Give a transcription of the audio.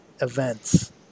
events